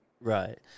Right